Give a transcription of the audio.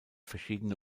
verschiedene